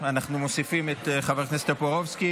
תרשום שטופורובסקי